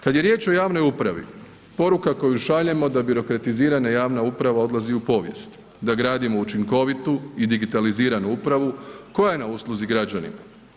Kad je riječ o javnoj upravi, poruka koju šaljemo da birokratizirana javna uprava odlazi u povijest, da gradimo učinkovitu i digitaliziranu upravu koja je na usluzi građanima.